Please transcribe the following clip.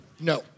No